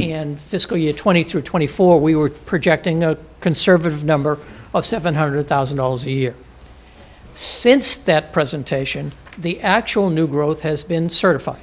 and fiscal year twenty three twenty four we were projecting a conservative number of seven hundred thousand dollars a year since that presentation the actual new growth has been certified